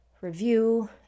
review